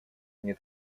нет